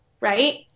Right